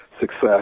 success